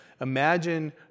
Imagine